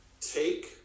take